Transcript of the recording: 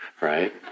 right